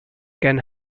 can